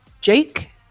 Jake